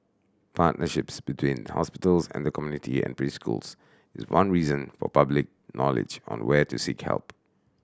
partnerships between hospitals and the community and preschools is one reason for public knowledge on where to seek help